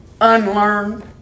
unlearned